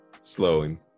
slowing